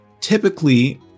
typically